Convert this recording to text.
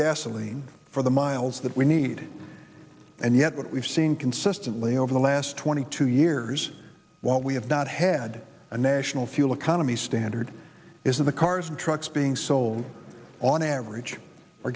gasoline for the miles that we need and yet what we've seen consistently over the last twenty two years while we have not had a national fuel economy standard is that the cars and trucks being sold on average are